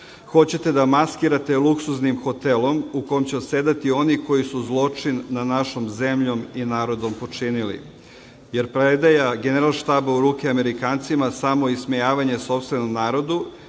hoćete da maskirate luksuznim hotelom u kome će odsedati oni koji su zločin nad našom zemljom i narodom počinili? Jer predaja Generalštaba u ruke Amerikancima je samoismejavanje sopstvenom narodu